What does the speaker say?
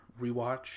rewatch